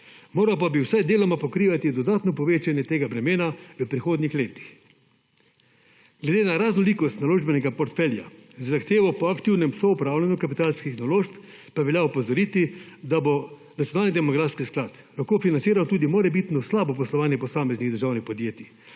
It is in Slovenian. Moral pa bi vsaj deloma pokrivati dodatno povečanje tega bremena v prihodnjih letih. Glede na raznolikost naložbenega portfelja, z zahtevo po aktivnem soupravljanju kapitalskih naložb, pa velja opozoriti, da bo nacionalni demografski sklad lahko financiral tudi morebitno slabo poslovanje posameznih državnih podjetij